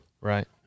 Right